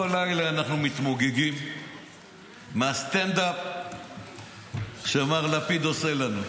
כל לילה אנחנו מתמוגגים מהסטנד-אפ שמר לפיד עושה לנו.